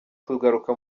kugaruka